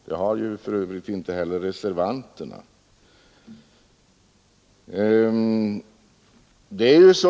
Det har f. ö. inte heller reservanterna gjort.